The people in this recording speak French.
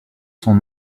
son